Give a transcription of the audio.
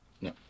no